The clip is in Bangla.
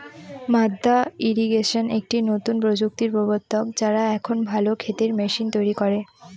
মাদ্দা ইরিগেশন একটি নতুন প্রযুক্তির প্রবর্তক, যারা এখন ভালো ক্ষেতের মেশিন তৈরী করে